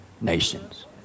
nations